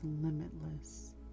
limitless